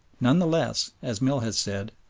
none the less, as mill has said,